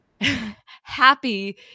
happy